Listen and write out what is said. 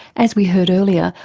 as we heard earlier,